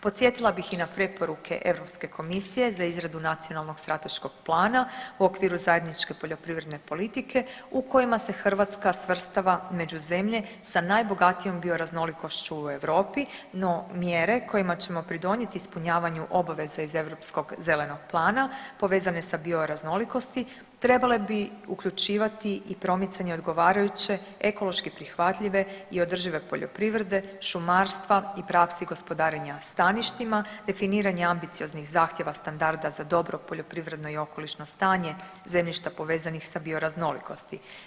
Podsjetila bih i na preporuke Europske komisije za izradu Nacionalnog strateškog plana u okviru zajedničke poljoprivredne politike u kojima se Hrvatska svrstava među zemlje sa najbogatijom bioraznolikošću u Europi no mjere kojima ćemo pridonijeti ispunjavanju obveza iz Europskog zelenog plana povezane sa bioraznolikosti trebale bi uključivati i promicanje odgovarajuće ekološki prihvatljive i održive poljoprivrede, šumarstava i praksi gospodarenja staništima, definiranje ambicioznih zahtjeva standarda za dobro poljoprivredno i okolišno stanje zemljišta povezanih sa bioraznolikosti.